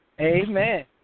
amen